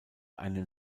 einen